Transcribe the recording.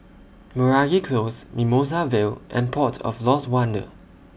Meragi Close Mimosa Vale and Port of Lost Wonder